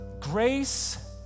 Grace